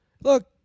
Look